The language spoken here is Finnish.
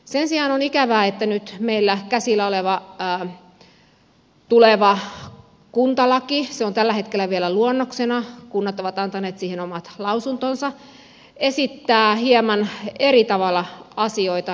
sen sijaan on ikävää että nyt meillä käsillä oleva tuleva kuntalaki se on tällä hetkellä vielä luonnoksena kunnat ovat antaneet siihen omat lausuntonsa esittää hieman eri tavalla asioita